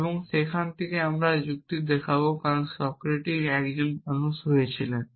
এবং সেখান থেকে আমরা যুক্তি দেখাব কারণ সক্রেটিস একজন মানুষ হয়েছিলেন